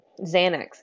Xanax